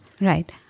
right